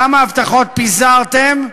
כמה הבטחות פיזרתם?